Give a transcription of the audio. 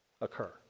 occur